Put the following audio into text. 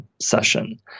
session